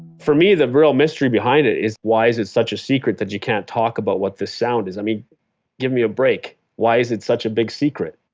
for me, the real mystery behind it is why is it such a secret that you can't talk about what this sound is? i mean give me a break. why is it such a big secret?